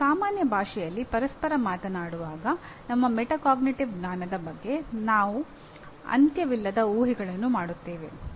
ನಾವು ಸಾಮಾನ್ಯ ಭಾಷೆಯಲ್ಲಿ ಪರಸ್ಪರ ಮಾತನಾಡುವಾಗ ನಮ್ಮ ಮೆಟಾಕಾಗ್ನಿಟಿವ್ ಜ್ಞಾನದ ಬಗ್ಗೆ ನಾವು ಅಂತ್ಯವಿಲ್ಲದ ಊಹೆಗಳನ್ನು ಮಾಡುತ್ತೇವೆ